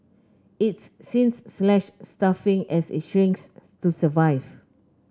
it's since slashed staffing as it shrinks to survive